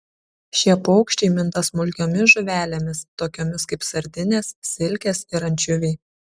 šie paukščiai minta smulkiomis žuvelėmis tokiomis kaip sardinės silkės ir ančiuviai